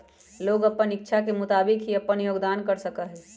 लोग अपन इच्छा के मुताबिक ही अपन योगदान कर सका हई